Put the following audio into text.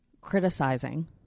criticizing